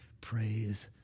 Praise